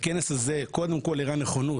הכנס הזה קודם כל הראה נכונות,